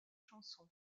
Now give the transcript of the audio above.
chansons